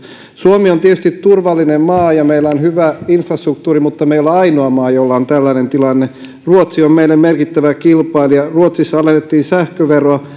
suomi on tietysti turvallinen maa ja meillä on hyvä infrastruktuuri mutta me emme ole ainoa maa jolla on tällainen tilanne ruotsi on meille merkittävä kilpailija ruotsissa alennettiin sähköveroa